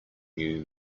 new